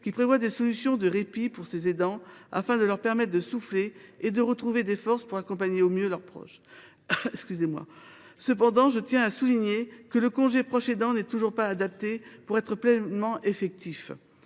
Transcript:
qui prévoit des solutions de répit pour ces aidants, afin de leur permettre de souffler et de retrouver des forces pour accompagner au mieux leurs proches. Cependant, je tiens à souligner que le congé de proche aidant n’est toujours pas adapté pour être pleinement effectif.